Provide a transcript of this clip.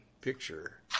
Picture